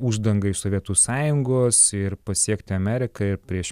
uždangą iš sovietų sąjungos ir pasiekti ameriką ir prieš